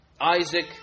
Isaac